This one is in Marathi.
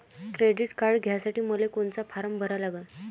क्रेडिट कार्ड घ्यासाठी मले कोनचा फारम भरा लागन?